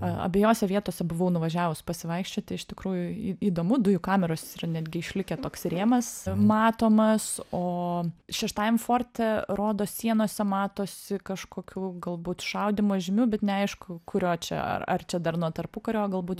a abiejose vietose buvau nuvažiavus pasivaikščioti iš tikrųjų į įdomu dujų kameros yra netgi išlikę toks rėmas matomas o šeštajam forte rodo sienose matosi kažkokių galbūt šaudymo žymių bet neaišku kurio čia ar čia dar nuo tarpukario galbūt